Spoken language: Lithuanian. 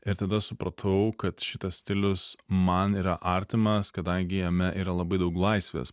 ir tada supratau kad šitas stilius man yra artimas kadangi jame yra labai daug laisvės